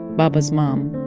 baba's mom,